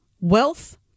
wealth